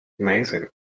amazing